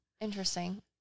Interesting